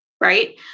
Right